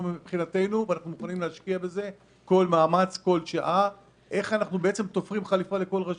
אנחנו מוכנים להשקיע מאמץ בלראות איך אנחנו תופרים חליפה לכל רשות.